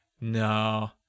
no